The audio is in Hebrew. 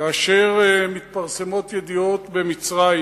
כאשר מתפרסמות ידיעות במצרים